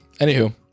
anywho